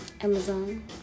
amazon